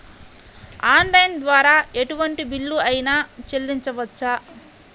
Online ద్వారా ఎటువంటి bill అయినా చెల్లించవచ్చా?